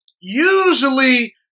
usually